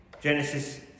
Genesis